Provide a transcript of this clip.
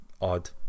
odd